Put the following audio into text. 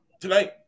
tonight